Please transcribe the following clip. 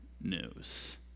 news